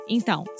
Então